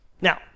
Now